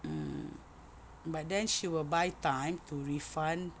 mm but then she will buy time to refund